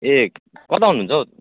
ए कता हुनुहुन्छ हौ